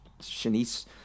Shanice